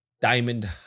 diamond